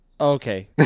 Okay